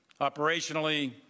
operationally